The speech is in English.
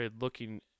looking